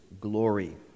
glory